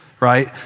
right